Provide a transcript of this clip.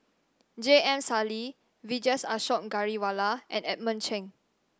J M Sali Vijesh Ashok Ghariwala and Edmund Cheng